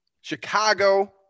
Chicago